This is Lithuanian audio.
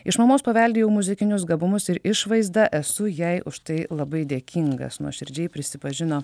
iš mamos paveldėjau muzikinius gabumus ir išvaizdą esu jai už tai labai dėkingas nuoširdžiai prisipažino